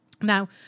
Now